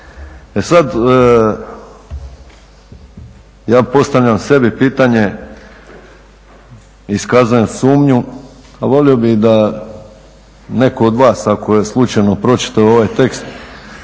E sada ja postavljam sebi pitanje, iskazujem sumnju, a volio bih da netko od vas ako je slučajno pročitao ovaj tekst